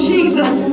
Jesus